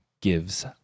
gives